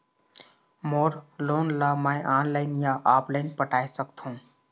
मोर loan ला मैं online या ऑफलाइन पटाए सकथों?